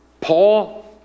Paul